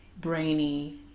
brainy